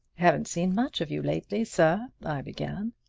haven't seen much of you lately, sir, i began.